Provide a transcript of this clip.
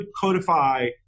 codify